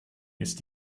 ist